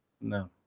No